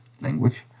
language